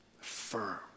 firm